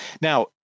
Now